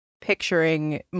picturing